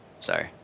Sorry